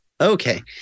Okay